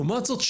לעומת זאת,